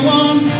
one